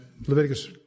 Leviticus